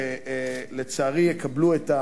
שלצערי יקבלו את,